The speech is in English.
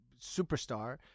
superstar